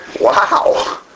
wow